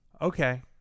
okay